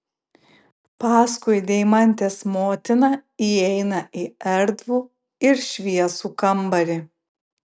paskui deimantės motiną įeina į erdvų ir šviesų kambarį